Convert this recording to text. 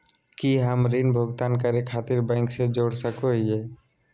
की हम ऋण भुगतान करे खातिर बैंक से जोड़ सको हियै?